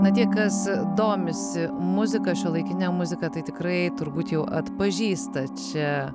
na tie kas domisi muzika šiuolaikine muzika tai tikrai turbūt jau atpažįsta čia